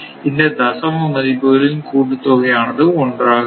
இந்த தசம மதிப்புகளின் கூட்டுத்தொகை ஆனது ஒன்றாக இருக்கும்